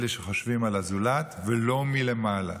אלה שחושבים על הזולת, ולא מלמעלה